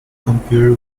computer